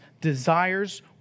desires